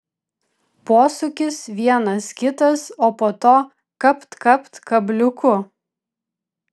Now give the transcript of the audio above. posūkis vienas kitas o po to kapt kapt kabliuku